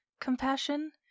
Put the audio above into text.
Compassion